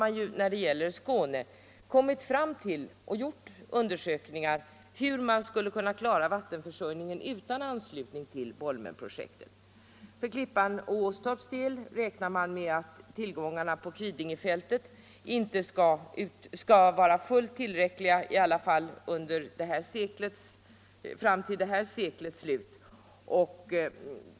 Dessutom har undersökningar gjorts om hur man i Skåne skall kunna klara vattenförsörjningen utan anslutning till Bolmenprojektet. För Klippan och Åstorp räknar man med att tillgångarna på Kvidingefältet skall vara fullt tillräckliga, i varje fall fram till seklets slut.